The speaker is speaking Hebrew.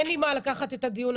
אין לי מה לקחת את הדיון.